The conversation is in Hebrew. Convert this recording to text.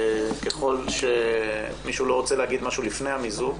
ככל שמישהו לא רוצה להגיד משהו לפני מיזוג,